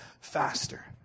faster